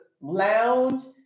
lounge